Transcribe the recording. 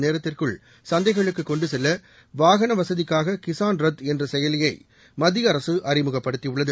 நேரத்திற்குள் சந்தைகளுக்கு கொண்டுசெல்லகிஸான் ரத் என்ற செயலியை மத்திய அரசு அறிமுகப்படுத்தியுள்ளது